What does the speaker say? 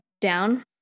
down